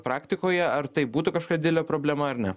praktikoje ar tai būtų kažkokia didelė problema ar ne